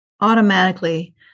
automatically